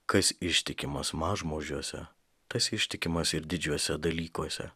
kas ištikimas mažmožiuose tas ištikimas ir didžiuose dalykuose